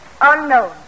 unknown